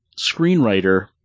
screenwriter